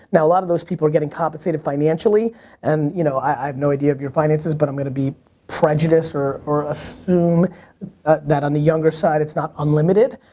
now a lot of those people are getting compensated financially and, you know, i've no idea of your finances, but i'm going to be prejudice or or assume that on the younger side it's not unlimited.